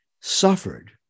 suffered